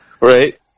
Right